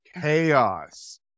chaos